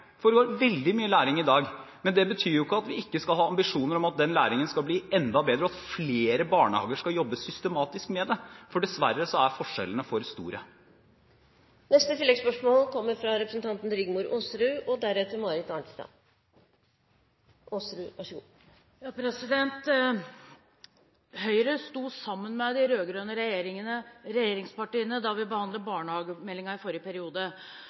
dag. Men det betyr ikke at vi ikke skal ha ambisjoner om at den læringen skal bli enda bedre, og at flere barnehager skal jobbe systematisk med det. For dessverre er forskjellene for store. Rigmor Aasrud – til oppfølgingsspørsmål. Høyre sto sammen med de rød-grønne regjeringspartiene da vi behandlet barnehagemeldingen i forrige periode. Et mål der var å øke kvaliteten i barnehagene. Vi avsatte derfor 150 mill. kr i